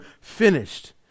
finished